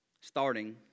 starting